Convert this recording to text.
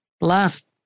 last